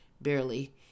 Barely